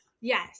Yes